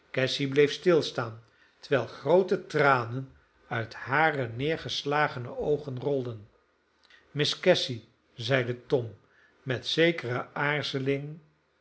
cassy bleef stilstaan terwijl groote tranen uit hare neergeslagene oogen rolden miss cassy zeide tom met zekere aarzeling